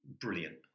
Brilliant